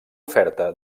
oferta